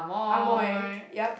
Amoy yup